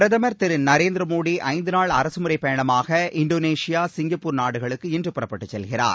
பிரதமர் திரு நரேந்திரமோடி ஐந்து நாள் அரசுமுறைப் பயணமாக இந்தோனேஷியா சிங்கப்பூர் நாடுகளுக்கு இன்று புறப்பட்டுச் செல்கிறார்